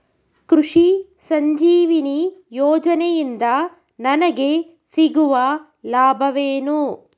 ಕೃಷಿ ಸಂಜೀವಿನಿ ಯೋಜನೆಯಿಂದ ನನಗೆ ಸಿಗುವ ಲಾಭವೇನು?